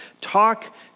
Talk